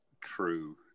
true